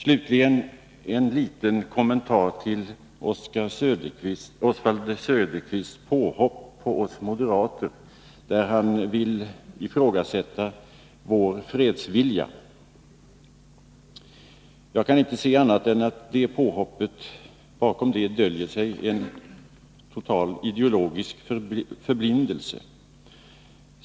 Slutligen en liten kommentar till Oswald Söderqvists påhopp på oss moderater, då han vill ifrågasätta vår fredsvilja. Jag kan inte se annat än att bakom det påhoppet döljer sig en total ideologisk förblindelse.